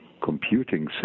computing